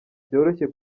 byoroshye